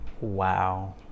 Wow